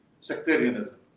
sectarianism